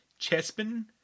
Chespin